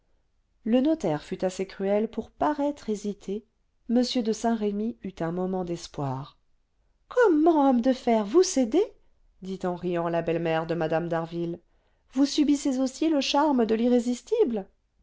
le notaire fut assez cruel pour paraître hésiter m de saint-remy eut un moment d'espoir comment homme de fer vous cédez dit en riant la belle-mère de mme d'harville vous subissez aussi le charme de